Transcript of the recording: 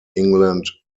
england